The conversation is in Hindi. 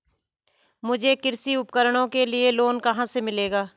मुझे कृषि उपकरणों के लिए लोन कहाँ से मिलेगा?